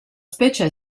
specie